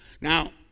Now